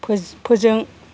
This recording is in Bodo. फोजों